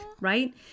right